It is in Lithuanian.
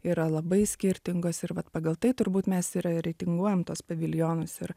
yra labai skirtingos ir vat pagal tai turbūt mes ir reitinguojam tuos paviljonus ir